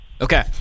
Okay